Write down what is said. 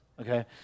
okay